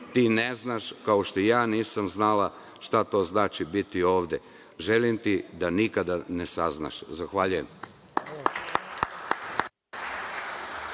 „Ti ne znaš, kao što ja nisam znala šta to znači biti ovde. Želim ti da nikada ne saznaš“. Zahvaljujem.